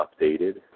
updated